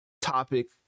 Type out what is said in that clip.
topic